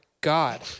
God